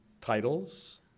titles